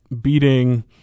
beating